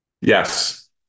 Yes